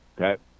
okay